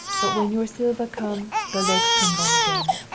but when your silver come, the legs come long again.